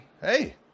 hey